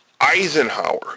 Eisenhower